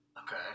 okay